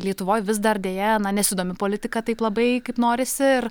lietuvoj vis dar deja nesidomi politika taip labai kaip norisi ir